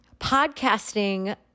podcasting